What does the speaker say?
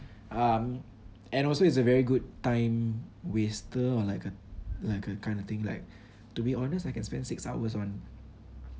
um and also it's a very good time waster or like a like a kind of thing like to be honest I can spend six hours on